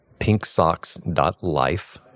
pinksocks.life